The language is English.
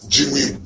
Jimmy